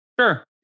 Sure